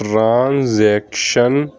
transaction